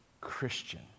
Christian